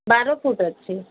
ବାର ଫୁଟ ଅଛି